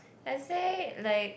I say like